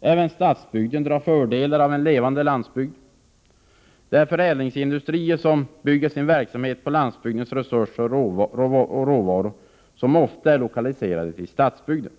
Även stadsbygden drar fördelar av en levande landsbygd. De förädlingsindustrier som bygger sin verksamhet på landsbygdens resurser och råvaror är ofta lokaliserade till stadsbygden.